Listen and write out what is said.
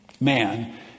man